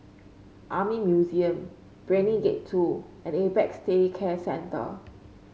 Army Museum Brani Gate Two and Apex Day Care Center